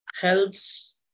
helps